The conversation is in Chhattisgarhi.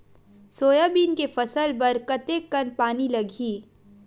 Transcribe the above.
सोयाबीन के फसल बर कतेक कन पानी लगही?